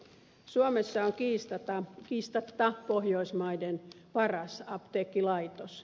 suomessa on kiistatta pohjoismaiden paras apteekkilaitos